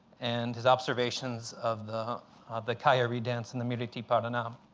and his observations of the the kai-ya-ree dance and the miriti-parana.